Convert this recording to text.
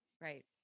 right